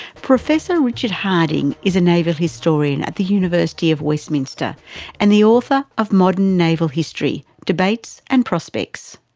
professor richard harding is a naval historian at the university of westminster and the author of modern naval history debates and prospects.